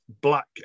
black